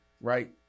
Right